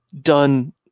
done